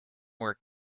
where